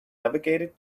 navigated